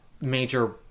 major